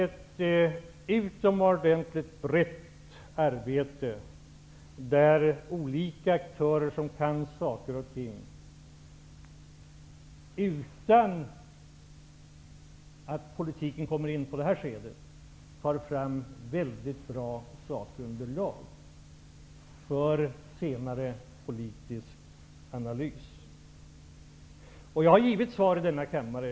Ett utomordentligt brett arbete bedrivs där olika aktörer som kan olika saker -- utan att politiken kommer in i det här skedet -- tar fram ett mycket bra underlag för senare politisk analys. Jag har givit svar i denna kammare.